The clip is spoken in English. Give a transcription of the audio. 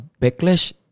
backlash